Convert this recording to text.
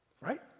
Right